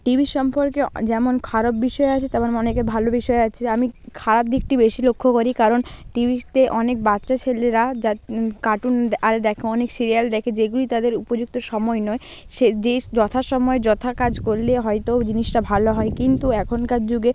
TV সম্পর্কে যেমন খারাপ বিষয় আছে তেমন অনেকে ভালো বিষয় আছে আমি খারাপ দিকটি বেশি লক্ষ্য করি কারণ টিভিতে অনেক বাচ্চা ছেলেরা যা কার্টুন আর দেখে অনেক সিরিয়াল দেখে যেগুলি তাদের উপযুক্ত সময় নয় সে যে যথা সময় যথা কাজ করলে হয়তো জিনিসটা ভালো হয় কিন্তু এখনকার যুগে